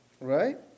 Right